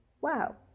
Wow